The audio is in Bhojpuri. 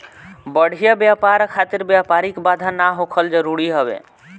बढ़िया व्यापार खातिर व्यापारिक बाधा ना होखल जरुरी हवे